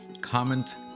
comment